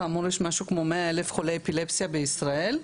כאמור, יש משהו כמו 100,000 חולי אפילפסיה בישראל.